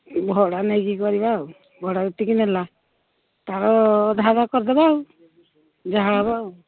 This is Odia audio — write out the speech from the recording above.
ଭଡ଼ା ନେଇକି କରିବା ଆଉ ଭଡ଼ା ଏତିକି ନେଲା ତା'ର ଅଧା ଅଧା କରିଦେବା ଆଉ ଯାହା ହେବ ଆଉ